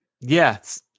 Yes